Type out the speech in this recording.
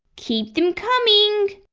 keep them coming